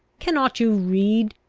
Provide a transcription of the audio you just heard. cannot you read?